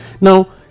Now